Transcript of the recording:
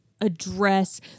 address